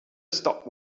stopped